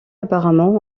apparemment